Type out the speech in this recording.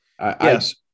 Yes